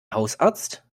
hausarzt